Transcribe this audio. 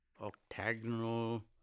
octagonal